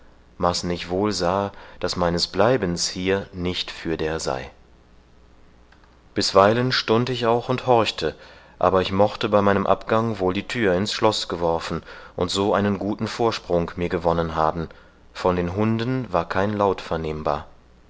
maßen ich wohl sahe daß meines bleibens hier nicht fürder sei bisweilen stund ich auch und horchte aber ich mochte bei meinem abgang wohl die thür ins schloß geworfen und so einen guten vorsprung mir gewonnen haben von den hunden war kein laut vernehmbar